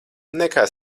nekā